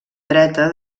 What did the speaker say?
dreta